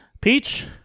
Peach